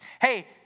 hey